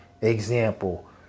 example